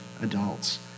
adults